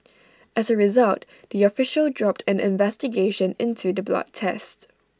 as A result the official dropped an investigation into the blood test